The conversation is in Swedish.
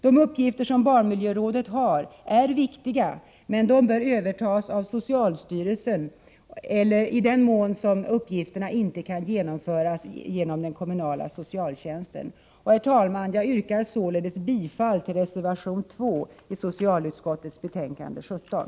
De uppgifter som barnmiljörådet har är viktiga, men de bör övertas av socialstyrelsen i den mån uppgifterna inte kan utföras genom den kommunala socialtjänsten. Herr talman! Jag yrkar således bifall till reservation 2 vid socialutskottets betänkande 17.